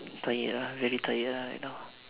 tired ah very tired ah right now